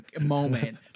moment